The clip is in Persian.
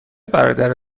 برادر